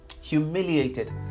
Humiliated